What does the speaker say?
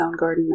Soundgarden